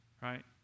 right